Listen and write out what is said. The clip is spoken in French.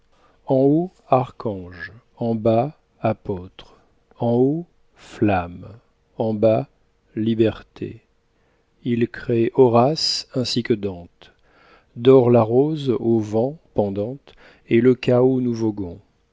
en haut archange en bas apôtre en haut flamme en bas liberté il crée horace ainsi que dante dore la rose au vent pendante et le chaos où nous voguons